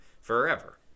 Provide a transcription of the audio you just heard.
forever